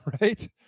right